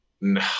no